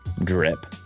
drip